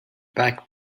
back